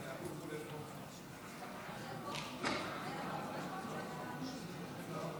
בבקשה, אדוני.